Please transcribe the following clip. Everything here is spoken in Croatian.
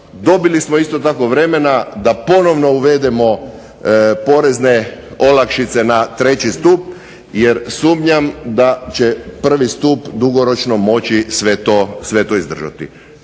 Dobili smo isto tako vremena da ponovno uvedemo porezne olakšice na treći stup jer sumnjam da će prvi stup dugoročno moći sve to izdržati.